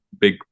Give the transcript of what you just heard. big